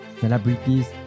celebrities